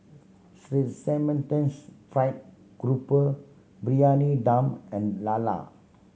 fried grouper Briyani Dum and lala